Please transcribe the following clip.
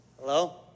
Hello